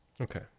Okay